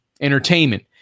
Entertainment